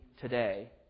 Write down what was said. today